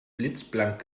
blitzblank